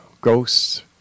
ghosts